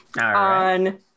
on